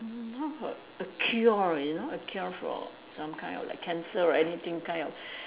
how about a cure you know a cure for some kind of like cancer or anything kind of